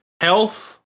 health